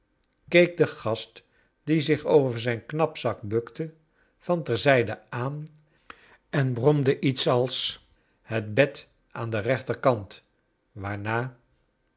keek den gast die zich over zrjn knapzak bukte van ter zijde aan en bromde iets als het bed aan den rechterkant waarna